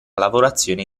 lavorazione